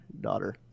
daughter